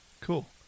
Cool